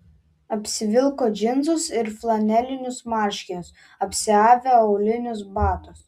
apsivilko džinsus ir flanelinius marškinius apsiavė aulinius batus